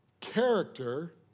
character